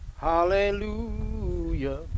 hallelujah